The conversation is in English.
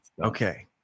Okay